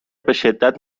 بشدت